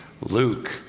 Luke